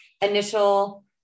initial